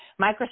Microsoft